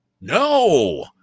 No